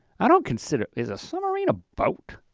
i don't consider, is a summarine a boat?